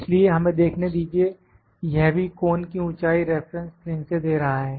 इसलिए हमें देखने दीजिए यह भी कोन की ऊंचाई रेफरेंस प्लेन से दे रहा है